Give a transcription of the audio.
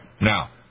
Now